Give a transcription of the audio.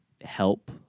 help